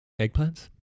eggplants